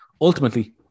ultimately